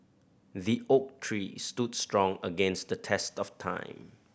the oak tree stood strong against the test of time